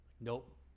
Nope